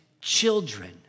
children